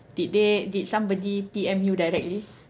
did they did somebody P_M you directly